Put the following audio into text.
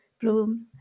bloom